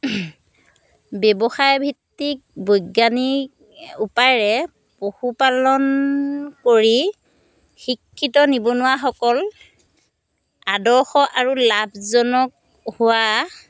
ব্যৱসায় ভিত্তিক বৈজ্ঞানিক উপায়েৰে পশু পালন কৰি শিক্ষিত নিবনুৱাসকল আদৰ্শ আৰু লাভজনক হোৱা